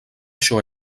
això